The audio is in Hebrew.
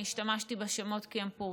אני השתמשתי בשמות כי הם פורסמו,